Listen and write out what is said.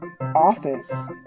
Office